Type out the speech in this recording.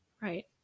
Right